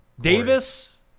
Davis